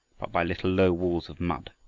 but by little low walls of mud.